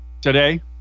today